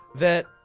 that.